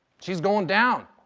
she's going down.